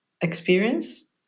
experience